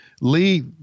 Lee